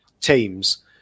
teams